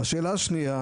השאלה השנייה